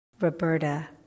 Roberta